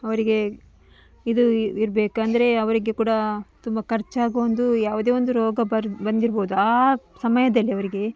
ಅವರಿಗೆ ಇದು ಇರಬೇಕು ಅಂದರೆ ಅವರಿಗೆ ಕೂಡ ತುಂಬ ಖರ್ಚಾಗುವ ಒಂದು ಯಾವುದೇ ಒಂದು ರೋಗ ಬರ ಬಂದಿರ್ಬೋದು ಆ ಸಮಯದಲ್ಲಿ ಅವರಿಗೆ